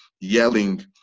yelling